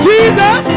Jesus